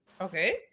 okay